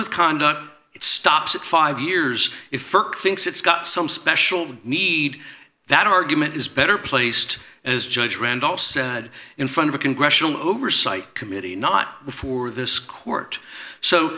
with conduct it stops at five years it st thinks it's got some special need that argument is better placed as judge randolph said in front of a congressional oversight committee not before this court so